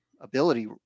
ability